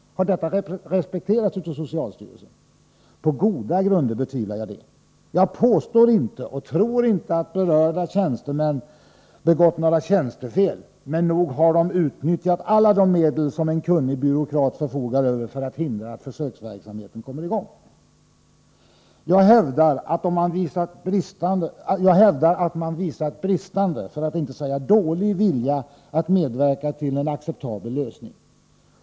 Har detta respekterats av socialstyrelsen? På goda grunder betvivlar jag detta. Jag påstår inte och tror inte att berörda tjänstemän har heter att tillverka THX heter att tillverka THX begått några tjänstefel, men nog har de utnyttjat alla de medel som en kunnig byråkrat förfogar över för att hindra att försöksverksamheten kommer i gång. Jag hävdar att man har visat bristande — för att inte säga dålig — vilja att medverka till en acceptabel lösning.